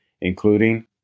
including